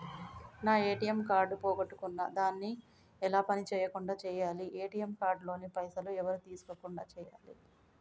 నా ATM card పోగొట్టుకున్నా దాన్ని ఎలా పని చేయకుండా చేయాలి ఏ.టి.ఎమ్ కార్డు లోని పైసలు ఎవరు తీసుకోకుండా చేయాలి?